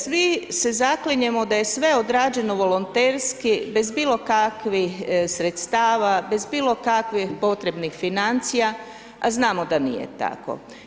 Svi se zaklinjemo da je sve odrađeno volonterski bez bilo kakvih sredstava, bez bilo kakvih potrebnih financija, a znamo da nije tako.